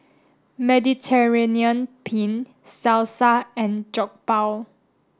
Mediterranean Penne Salsa and Jokbal